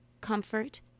comfort